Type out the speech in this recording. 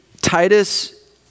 Titus